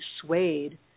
swayed